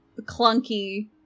clunky